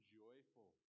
joyful